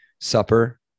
supper